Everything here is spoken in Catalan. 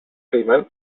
caiman